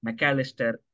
McAllister